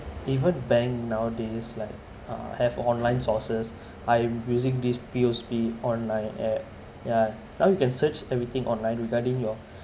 even bank nowadays like uh have online sources I am using this P_O_S_B online at ya now you can search everything online regarding your